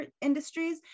industries